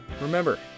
Remember